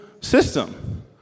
System